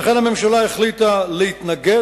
לכן הממשלה החליטה להתנגד